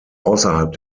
außerhalb